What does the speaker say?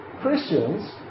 Christians